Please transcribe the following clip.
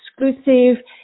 exclusive